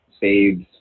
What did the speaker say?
saves